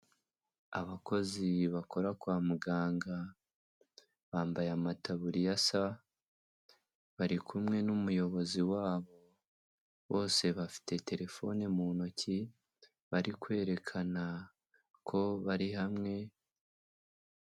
Abakozi bakora kwa muganga, bambaye amataburiya asa, bari kumwe n'umuyobozi wabo, bose bafite telefone mu ntoki, bari kwerekana ko bari hamwe.